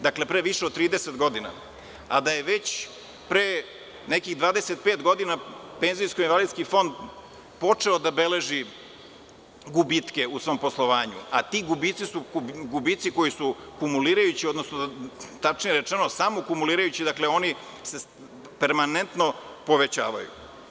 Dakle, pre više od 30 godina, a da je već pre nekih 25 godina Penzijsko-invalidski fond počeo da beleži gubitke u svom poslovanju, a ti gubici koji su kumulirajući, odnosno, samokumulirajući, dakle, oni se permanentno povećavaju.